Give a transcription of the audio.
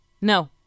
No